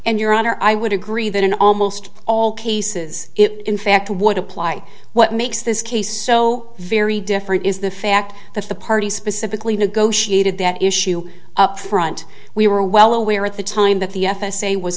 and your honor i would agree that in almost all cases it in fact would apply what makes this case so very different is the fact that the parties specifically negotiated that issue upfront we were well aware at the time that the f s a was